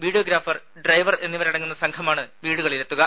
videographer driver എന്നിവരടങ്ങുന്ന സംഘമാണ് വീടുകളിലെത്തുക